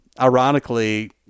Ironically